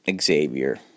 Xavier